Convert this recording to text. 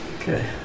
Okay